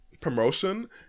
promotion